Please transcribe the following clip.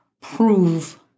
prove